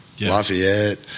Lafayette